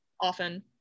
Often